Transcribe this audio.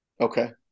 Okay